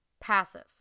passive